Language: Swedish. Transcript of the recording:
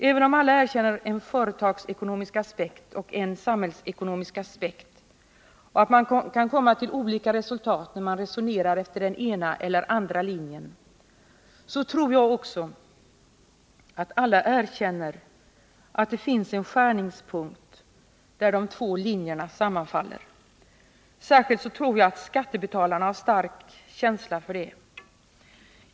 Även om alla erkänner att det finns en företagsekonomisk aspekt och en samhällsaspekt och att man kan komma till olika resultat beroende på om man resonerar efter den ena eller efter den andra linjen, är det nog så att alla också erkänner att det finns en skärningspunkt där de två linjerna sammanfaller. Jag tror att särskilt skattebetalarna har stark känsla för det.